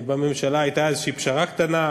בממשלה הייתה איזושהי פשרה קטנה,